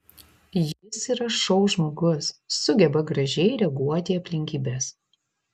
jis yra šou žmogus sugeba gražiai reaguoti į aplinkybes